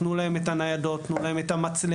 תנו להם את הניידות, תנו להם את המצלמות.